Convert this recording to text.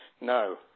No